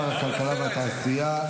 שר הכלכלה והתעשייה,